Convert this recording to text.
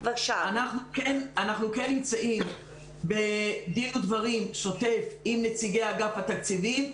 אנחנו כן נמצאים בדין ודברים שוטף עם נציגי אגף התקציבים.